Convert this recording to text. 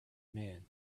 man